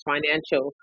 Financial